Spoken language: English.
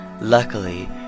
Luckily